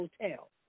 Hotel